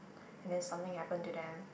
and then something happened to them